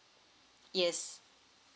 yes